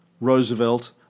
Roosevelt